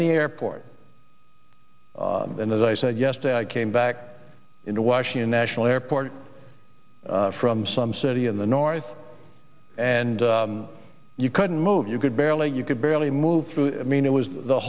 any airport and as i said yesterday i came back into washington national airport from some city in the north and you couldn't move you could barely you could barely move through mean it was the